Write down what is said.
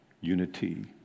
unity